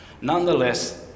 nonetheless